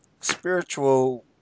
spiritual